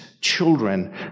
children